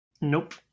Nope